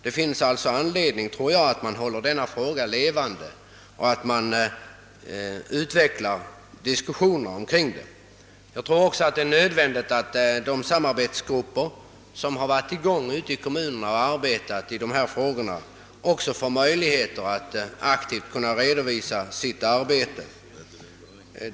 Det finns alltså anledning att hålla denna fråga levande och att man utvecklar diskussionerna omkring den. Det är enligt min uppfattning nödvändigt, att de samarbetsgrupper som arbetat med dessa frågor ute i kommunerna också får möjligheter att aktivt redovisa sitt arbete.